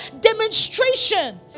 demonstration